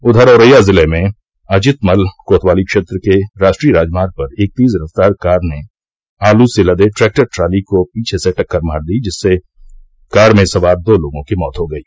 उधर औरैया जिले में अजीतमल कोतवाली क्षेत्र के राष्ट्रीय राजमार्ग पर एक तेज रफ्तार कार ने आलू से लदे ट्रैक्टर ट्राली को पीछे से टक्कर मार दी जिससे कार में सवार दो लोगों की मौत हो गयी